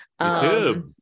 YouTube